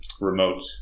remote